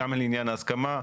גם לעניין ההסכמה.